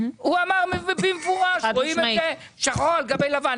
הוא אמר במפורש, שרואים את זה שחור על גבי לבן.